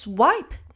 Swipe